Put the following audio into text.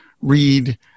read